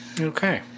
Okay